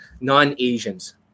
non-Asians